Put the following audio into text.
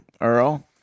Earl